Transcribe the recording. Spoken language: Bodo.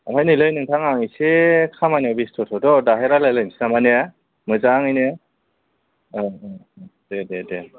ओमफाय नैलै नोंथा आं एसे खामानि बेस्थ' थ' दाहाय रायज्लायलायनिसै नामा ने मोजाङैनो औ औ दे दे दे